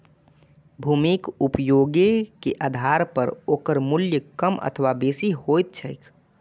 भूमिक उपयोगे के आधार पर ओकर मूल्य कम अथवा बेसी होइत छैक